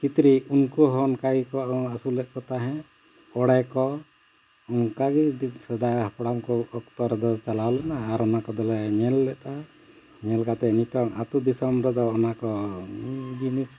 ᱪᱤᱛᱨᱤ ᱩᱱᱠᱩ ᱦᱚᱸ ᱚᱱᱠᱟ ᱜᱮᱠᱚ ᱟᱹᱥᱩᱞᱮᱫ ᱠᱚ ᱛᱟᱦᱮᱸᱫ ᱚᱲᱮ ᱠᱚ ᱚᱱᱠᱟ ᱜᱮ ᱥᱮᱫᱟᱭ ᱦᱟᱯᱲᱟᱢ ᱠᱚ ᱚᱠᱛᱚ ᱨᱮᱫᱚ ᱪᱟᱞᱟᱣ ᱞᱮᱱᱟ ᱟᱨ ᱚᱱᱟ ᱠᱚᱫᱚᱞᱮ ᱧᱮᱞ ᱞᱮᱫ ᱟ ᱧᱮᱞ ᱠᱟᱛᱮᱫ ᱱᱤᱛᱳᱜ ᱟᱛᱳ ᱫᱤᱥᱚᱢ ᱨᱮᱫᱚ ᱚᱱᱟ ᱠᱚ ᱡᱤᱱᱤᱥ